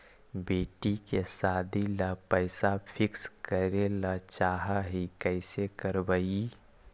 बेटि के सादी ल पैसा फिक्स करे ल चाह ही कैसे करबइ?